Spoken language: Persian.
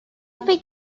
فکر